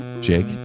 Jake